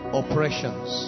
oppressions